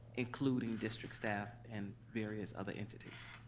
including district staff and various other entities.